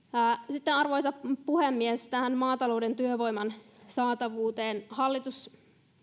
sitten arvoisa puhemies tähän maatalouden työvoiman saatavuuteen